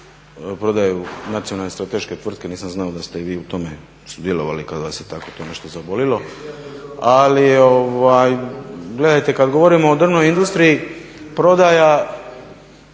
prodaju nacionalne strateške tvrtke, nisam znao da ste i vi u tome sudjelovali kad vas je tako to nešto zabolilo. Ali gledajte, kad govorimo o drvnoj industriji prodaja